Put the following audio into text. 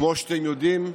כמו שאתם יודעים,